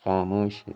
خاموشی